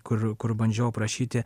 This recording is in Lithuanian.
kur kur bandžiau aprašyti